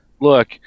look